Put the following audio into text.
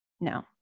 no